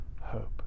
hope